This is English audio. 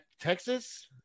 Texas